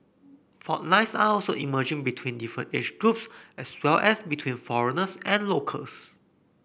fault lines are also emerging between different age groups as well as between foreigners and locals